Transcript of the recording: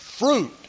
fruit